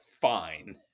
fine